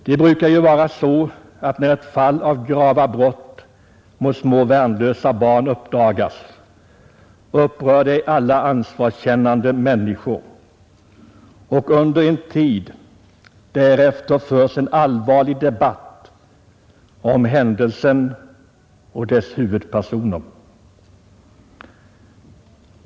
Det brukar ju vara så att när fall av grava brott mot små värnlösa barn uppdagas upprör det alla ansvarskännande människor, och under en tid därefter förs en allvarlig debatt om händelsen och dess huvudpersoner.